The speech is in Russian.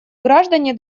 граждане